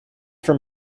from